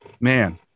man